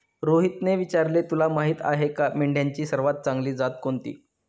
रोहितने विचारले, तुला माहीत आहे का मेंढ्यांची सर्वात चांगली जात कोणती?